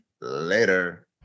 Later